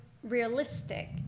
realistic